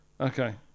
okay